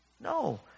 No